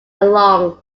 along